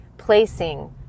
Placing